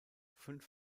fünf